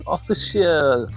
Official